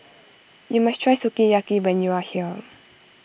you must try Sukiyaki when you are here